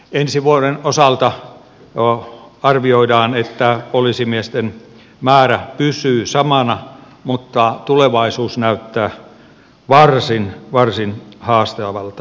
ensi vuoden osalta arvioidaan että poliisimiesten määrä pysyy samana mutta tulevaisuus näyttää varsin varsin haastavalta